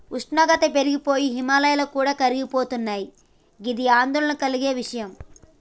ఉష్ణోగ్రతలు పెరిగి పోయి హిమాయాలు కూడా కరిగిపోతున్నయి గిది ఆందోళన కలిగే విషయం